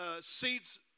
seeds